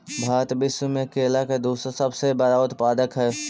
भारत विश्व में केला के दूसरा सबसे बड़ा उत्पादक हई